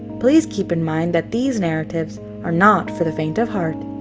please keep in mind that these narratives are not for the faint of heart,